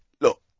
look